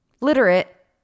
Literate